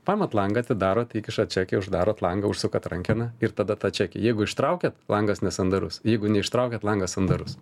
paimat langą atidarot įkišat čekį uždarot langą užsukat rankeną ir tada tą čekį jeigu ištraukiat langas nesandarus jeigu neištraukiat langas sandarus